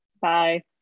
Bye